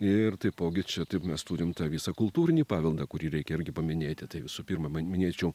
ir taipogi čia taip mes turim tą visą kultūrinį paveldą kurį reikia irgi paminėti tai visų pirma minėčiau